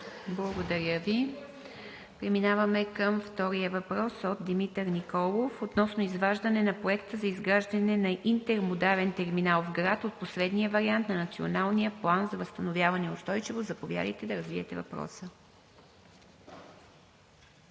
Благодаря Ви. Преминаваме към втория въпрос от Димитър Николов относно изваждане на проекта за изграждане на интермодален терминал в град от последния вариант на Националния план за възстановяване и устойчивост. Заповядайте да развиете въпроса. ДИМИТЪР